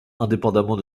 indépendamment